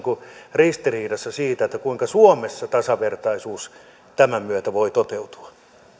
ristiriidassa siitä kuinka suomessa tasavertaisuus tämän myötä voi toteutua